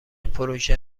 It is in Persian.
پروژه